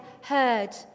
heard